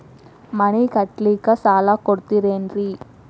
ಮನಿ ಕಟ್ಲಿಕ್ಕ ಸಾಲ ಕೊಡ್ತಾರೇನ್ರಿ?